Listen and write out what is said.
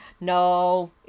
No